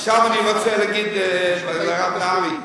עכשיו אני רוצה להגיב לשר נהרי,